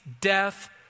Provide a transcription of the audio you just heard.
death